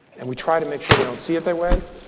and we try to make sure they don't see it that way.